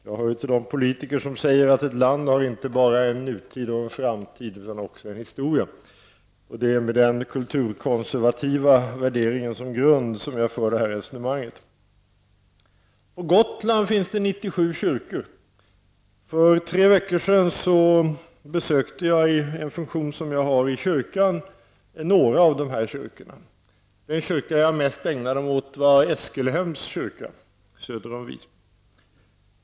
Jag hör till de politiker som säger att ett land inte bara har en nutid och en framtid utan också en historia. Det är med den kulturkonservativa värderingen som grund som jag för det här resonemanget. På Gotland finns 97 kyrkor. För tre veckor sedan besökte jag i en funktion jag har inom kyrkan några av de kyrkorna. Den kyrka jag mest ägnade mig åt var Eskelhems kyrka söder om Visby.